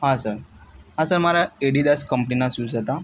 હા સર હા સર મારા એડીદાસ કંપનીનાં શૂઝ હતાં